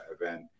event